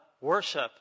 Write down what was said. worship